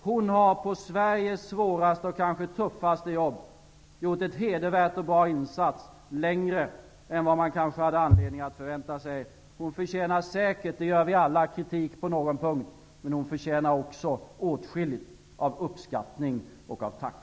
Hon har på Sveriges svåraste och tuffaste jobb gjort en bra och hedervärd insats, längre än man kanske hade anledning att förvänta sig. Hon förtjänar säkert kritik på någon punkt -- det gör vi alla -- men hon förtjänar också åskilligt av uppskattning och av tack.